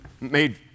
Made